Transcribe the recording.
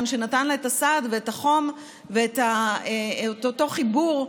שנתן לה את הסעד ואת החום ואת אותו חיבור,